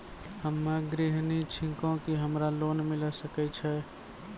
हम्मे गृहिणी छिकौं, की हमरा लोन मिले सकय छै?